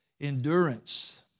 Endurance